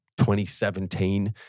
2017